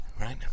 Right